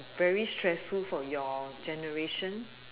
very stressful for your generation